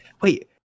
Wait